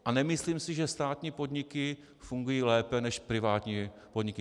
A nemyslím si, že státní podniky fungují lépe než privátní podniky.